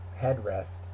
headrest